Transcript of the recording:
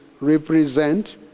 represent